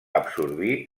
absorbir